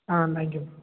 ah thank you ma'am